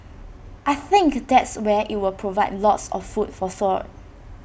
I think that's where IT will provide lots of food for thought